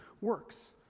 works